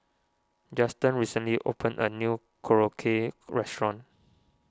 Justen recently opened a new Korokke restaurant